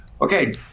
okay